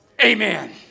Amen